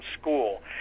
school